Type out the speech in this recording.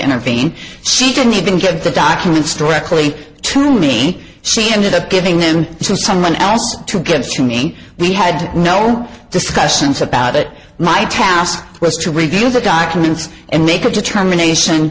intervene she didn't even give the documents directly to me she ended up getting them to someone else to get to me we had no discussions about it my task was to review the documents and make a determination